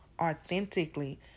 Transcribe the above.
Authentically